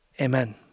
Amen